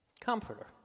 Comforter